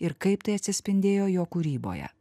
ir kaip tai atsispindėjo jo kūryboje